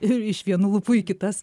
ir iš vienų lūpų į kitas